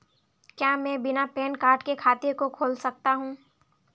क्या मैं बिना पैन कार्ड के खाते को खोल सकता हूँ?